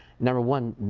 number one,